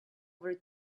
over